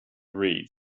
read